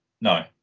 no